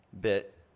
bit